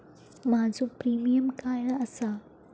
माझो प्रीमियम काय आसा?